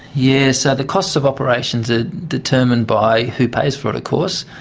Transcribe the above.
yes ah the costs of operations are determined by who pays for it of course.